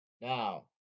Now